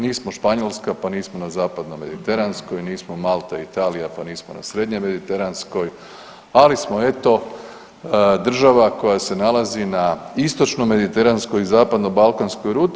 Nismo Španjolska pa nismo na zapadno mediteranskoj, nismo Malta i Italija pa nismo na srednje mediteranskoj, ali smo eto država koja se nalazi na istočno mediteranskoj i zapadno balkanskoj ruti.